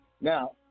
Now